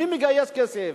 מי מגייס כסף,